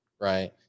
Right